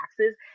taxes